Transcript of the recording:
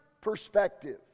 perspective